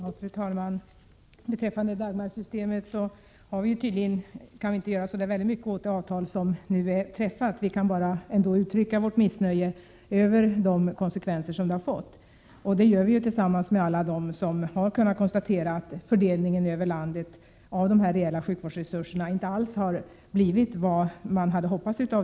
Fru talman! Beträffande Dagmarsystemet vill jag säga att vi inte kan göra mycket åt det avtal som har träffats. Vi kan bara uttrycka vårt missnöje över de konsekvenser det har fått. Det gör vi tillsammans med alla dem som har kunnat konstatera att fördelningen över landet av de reella sjukvårdsresur serna efter avtalet inte alls har blivit vad man hade hoppats.